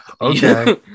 okay